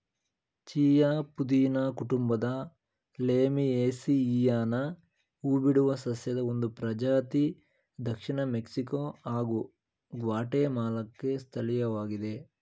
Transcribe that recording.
chia ಪುದೀನ ಕುಟುಂಬದ ಲೇಮಿಯೇಸಿಯಿಯನ ಹೂಬಿಡುವ ಸಸ್ಯದ ಒಂದು ಪ್ರಜಾತಿ ದಕ್ಷಿಣ ಮೆಕ್ಸಿಕೊ ಹಾಗೂ ಗ್ವಾಟೆಮಾಲಾಕ್ಕೆ ಸ್ಥಳೀಯವಾಗಿದೆ